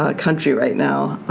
ah country right now.